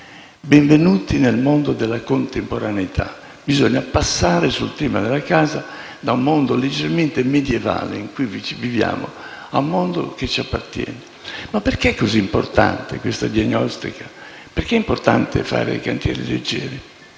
Benvenuti nel mondo della contemporaneità. Sul tema della casa, bisogna passare dal mondo leggermente medioevale in cui viviamo, ad un mondo che ci appartiene. Perché è dunque così importante questa diagnostica e perché è importante fare i cantieri leggeri?